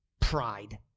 pride